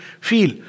feel